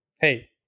Hey